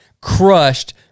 crushed